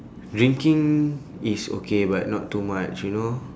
drinking is okay but not too much you know